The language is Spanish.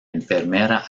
enfermera